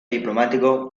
diplomático